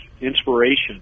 inspiration